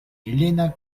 helena